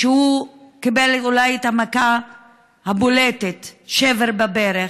שהוא קיבל אולי את המכה הבולטת, שבר בברך,